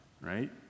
right